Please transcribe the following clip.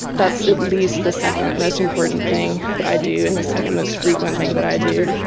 that's at least the second most important thing that i do and the second most frequent thing that i do,